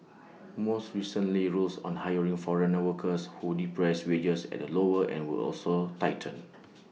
more recently rules on hiring foreign workers who depress wages at the lower end were also tightened